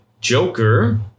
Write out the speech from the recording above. Joker